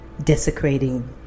desecrating